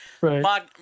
right